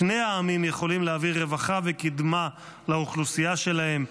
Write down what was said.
שני העמים יכולים להעביר רווחה וקדמה לאוכלוסייה שלהם.